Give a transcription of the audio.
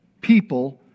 people